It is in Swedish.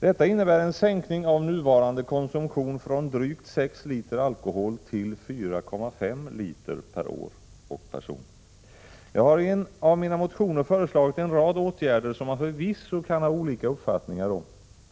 Detta innebär en sänkning av nuvarande konsumtion från drygt 6 liter alkohol till 4,5 liter per år och person. Jag har i en av mina motioner föreslagit en rad åtgärder som man förvisso kan ha olika uppfattningar om.